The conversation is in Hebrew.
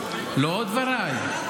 לא דבריי.